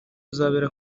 uzabera